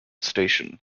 station